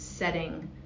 setting